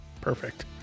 Perfect